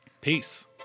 Peace